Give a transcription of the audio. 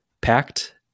packed